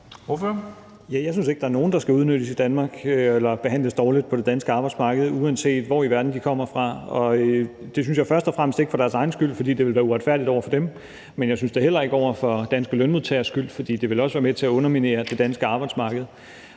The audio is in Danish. Jeg synes ikke, at der er nogen, der skal udnyttes i Danmark eller behandles dårligt på det danske arbejdsmarked, uanset hvor i verden de kommer fra. Og det synes jeg først og fremmest ikke de skal for deres egen skyld, fordi det ville være uretfærdigt over for dem, men jeg synes det heller ikke for de danske lønmodtageres skyld, for det ville også være med til at underminere det danske arbejdsmarked.